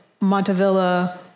Montevilla